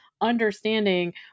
understanding